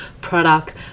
product